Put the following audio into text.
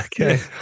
okay